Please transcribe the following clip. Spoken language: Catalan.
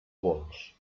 vols